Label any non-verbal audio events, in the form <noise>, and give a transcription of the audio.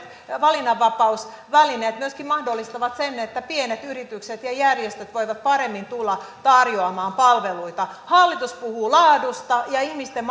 valinnanvapausvälineet myöskin mahdollistavat sen että pienet yritykset ja järjestöt voivat paremmin tulla tarjoamaan palveluita hallitus puhuu laadusta ja ihmisten <unintelligible>